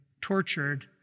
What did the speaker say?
tortured